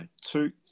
Two